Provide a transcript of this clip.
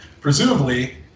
Presumably